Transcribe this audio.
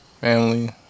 family